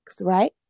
right